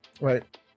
right